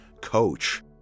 coach